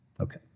Okay